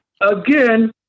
Again